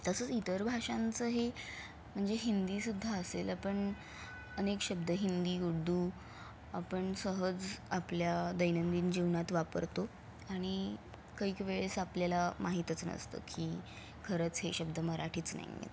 तसंच इतर भाषांचंही म्हणजे हिंदीसुद्धा असेल आपण अनेक शब्द हिंदी उर्दू आपण सहज आपल्या दैनंदिन जीवनात वापरतो आणि कैक वेळेस आपल्याला माहीतच नसतं की खरंच हे शब्द मराठीच नाही आहेत